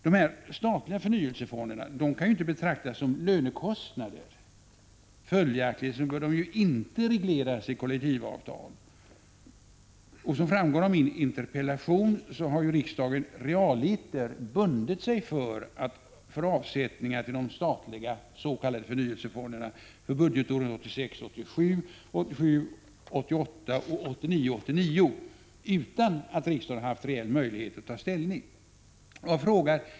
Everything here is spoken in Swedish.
De statliga förnyelsefonderna kan inte betraktas som lönekostnader. Följaktligen bör de då inte regleras i kollektivavtal. Som framgår av min interpellation har riksdagen realiter bundit sig för avsättningar till de statliga s.k. förnyelsefonderna för budgetåren 1986 88 och 1988/89, utan att riksdagen haft reell möjlighet att ta ställning.